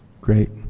Great